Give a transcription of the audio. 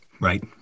right